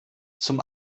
zum